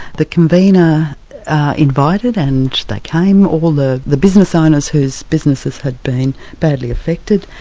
the convenor invited, and they came, all the the business owners whose businesses had been badly affected.